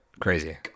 Crazy